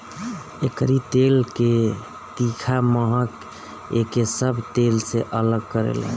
एकरी तेल के तीखा महक एके सब तेल से अलग करेला